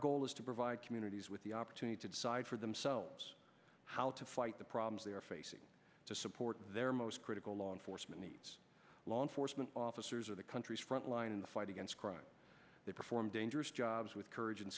goal is to provide communities with the opportunity to decide for themselves how to fight the problems they are facing to support their most critical law enforcement needs law enforcement officers or the country's frontline in the fight against crime they perform dangerous jobs with courage and